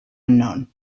unknown